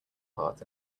part